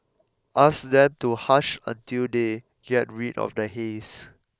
ask them to hush until they get rid of the haze